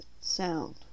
sound